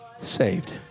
saved